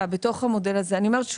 בתוך המודל הזה, אני אומרת שוב,